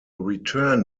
return